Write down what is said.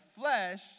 flesh